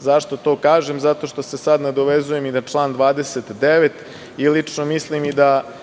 Zašto to kažem? Nadovezaću se sada i na član 29, jer lično mislim da